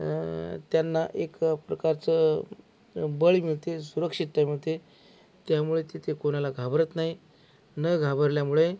त्यांना एक प्रकारचं बळ मिळते सुरक्षिकता मिळते त्यामुळे तिथे कुणाला घाबरत नाही न घाबरल्यामुळे